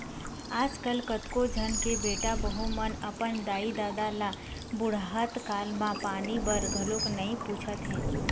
आजकल कतको झन के बेटा बहू मन अपन दाई ददा ल बुड़हत काल म पानी बर घलोक नइ पूछत हे